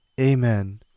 Amen